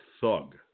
thug